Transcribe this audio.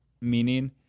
meaning